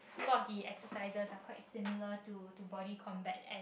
lot the exercises are quite similar to to body combat and